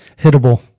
Hittable